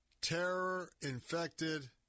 terror-infected